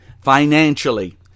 financially